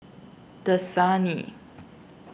Dasani